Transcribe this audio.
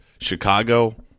Chicago